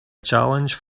challenge